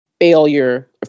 failure